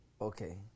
Okay